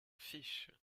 fiche